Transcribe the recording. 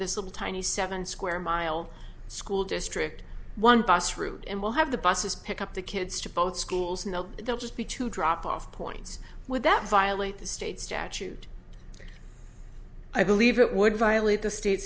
this little tiny seven square mile school district one bus route and we'll have the buses pick up the kids to both schools and they'll they'll just be to drop off points with that violate the state statute i believe it would violate the state